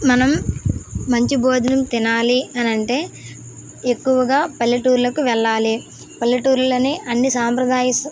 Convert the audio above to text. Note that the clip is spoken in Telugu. మనం మంచి భోజనం తినాలి అని అంటే ఎక్కువగా పల్లెటూళ్ళకి వెళ్ళాలి పల్లెటూళ్ళోనే అన్ని సాంప్రదాయ